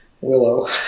Willow